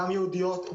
גם יהודיות,